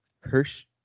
Kirsch